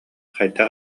хайдах